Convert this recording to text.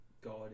God